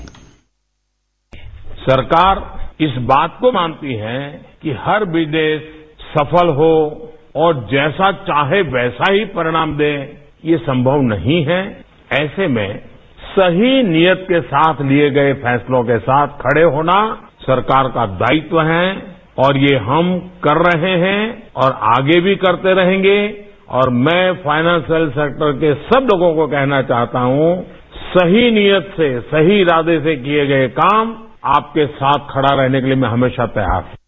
bite सरकार इस बात को मानती है कि हर विदेश सफल हो और जैसा चाहे वैसा ही परिणाम दें ये संभव नहीं है ऐसे में सही नियत के साथ लिए गए फैसलों के साथ खड़े होना सरकार का दायित्व है और ये हम कर रहे हैं और आगे भी करते रहेंगे और मैं फाइनेन्शियल सेक्टर के सब लोगों को कहना चाहता हूं सही नियत से सही इरादे से किए गए काम आपके साथ खड़ा रहने के लिए मैं हमेशा तैयार हूं